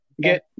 get